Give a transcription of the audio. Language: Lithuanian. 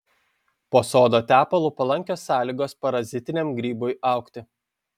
po sodo tepalu palankios sąlygos parazitiniam grybui augti